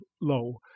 low